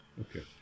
okay